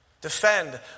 defend